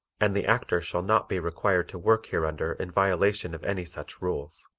and the actor shall not be required to work hereunder in violation of any such rules.